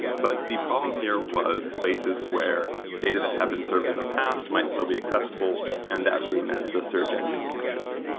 but the problem here was places where data that have been served in the past might still be accessible, and that really meant the search engine caches.